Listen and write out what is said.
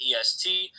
EST